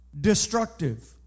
Destructive